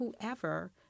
whoever